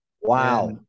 Wow